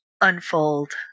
unfold